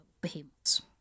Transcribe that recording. behemoths